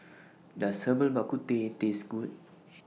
Does Herbal Bak Ku Teh Taste Good